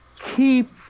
keep